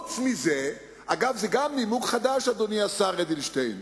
זה נימוק חדש, אדוני השר אדלשטיין: